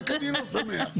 רק אני לא שמח.